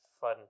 fun